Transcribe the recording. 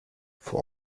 for